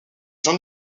jean